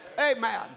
Amen